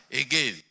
again